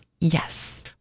yes